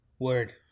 Word